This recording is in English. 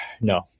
no